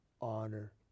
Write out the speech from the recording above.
honor